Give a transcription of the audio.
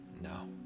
No